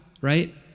right